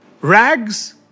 rags